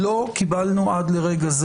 לא קיבלנו עד לרגע זה